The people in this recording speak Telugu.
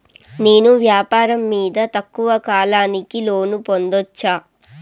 నేను వ్యాపారం మీద తక్కువ కాలానికి లోను పొందొచ్చా?